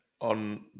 on